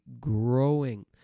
growing